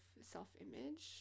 self-image